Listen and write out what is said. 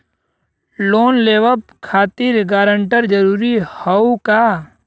Loan लेवब खातिर guarantor जरूरी हाउ का?